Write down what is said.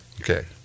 Okay